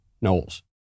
Knowles